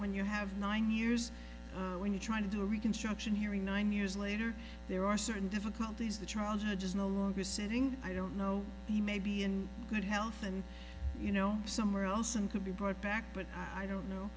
when you have nine years when you try to do a reconstruction here in nine years later there are certain difficulties the trials are just no longer sitting i don't know he may be in good health and you know somewhere else and could be brought back but i don't know